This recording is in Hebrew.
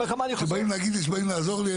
כשבאים להגיד לי שבאים לעזור לי,